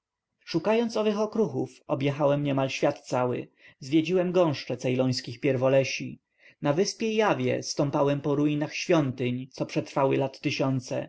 szukając owych okruchów objechałem niemal świat cały zwiedziłem gąszcze ceylońskich pierwolesi na wyspie jawie stąpałem po ruinach świątyń co przetrwały lat tysiące